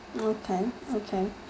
okay okay